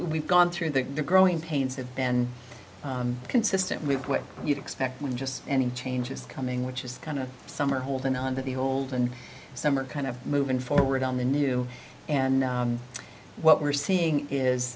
we've gone through think the knowing pains have been consistent with what you'd expect when just any changes coming which is kind of summer holding on to the old and some are kind of moving forward on the new and what we're seeing is